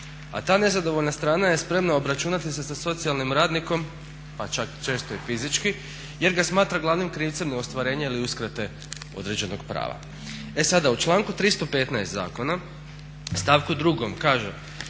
A ta nezadovoljna strana je spremna obračunati se sa socijalnim radnikom pa čak često i fizički jer ga smatra glavnim krivcem neostvarenja ili uskrate određenog prava. E sada, u članku 315. zakona, stavku 2. kaže: